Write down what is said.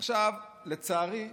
עכשיו, לצערי,